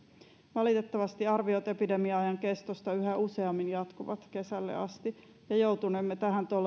valitettavasti arviot epidemia ajan kestosta yhä useammin jatkuvat kesälle asti ja joutunemme tähän